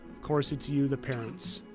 of course, it's you, the parents.